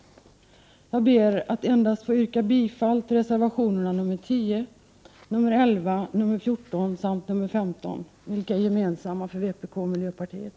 Jag ber endast att få yrka bifall till reservationerna 10, 11, 14 och 15, vilka är gemensamma för vpk och miljöpartiet.